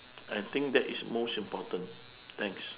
I think that is most important thanks